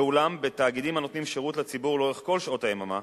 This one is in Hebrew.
ואולם בתאגידים הנותנים שירות לציבור לאורך כל שעות היממה